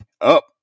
Up